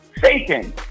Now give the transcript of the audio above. Satan